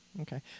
okay